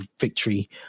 victory